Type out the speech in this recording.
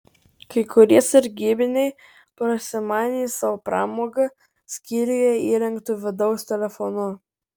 kai kurie sargybiniai prasimanė sau pramogą skyriuje įrengtu vidaus telefonu